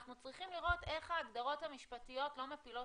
אנחנו צריכים לראות איך ההגדרות המשפטיות לא מפילות